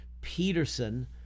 Peterson